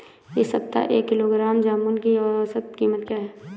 इस सप्ताह एक किलोग्राम जामुन की औसत कीमत क्या है?